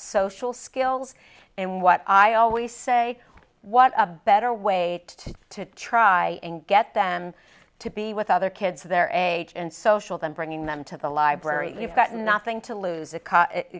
social skills and what i always say what better way to try and get them to be with other kids their age and social than bringing them to the library you've got nothing to lose it